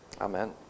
Amen